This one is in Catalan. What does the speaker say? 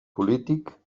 polític